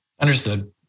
Understood